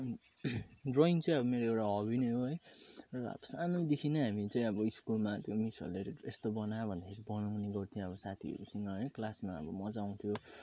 drawing चाहिँ अब मेरो एउटा हबी नै हो है र अब सानोदेखि नै हामी चाहिँ अब स्कुलमा त्यो मिसहरूले यस्तो बना भन्दाखेरि बनाउने गर्थेँ अब साथीहरूसँग है क्लासमा अब मजा आउँथ्यो